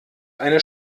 eine